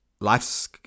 life's